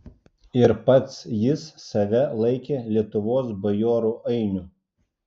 ir pats jis save laikė lietuvos bajorų ainiu